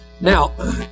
now